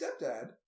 stepdad